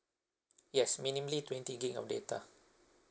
yes minimally twenty gig of data